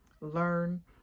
learn